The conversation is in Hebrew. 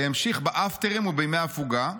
והמשיך באפטרים ובימי הפוגה.